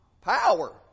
Power